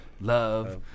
Love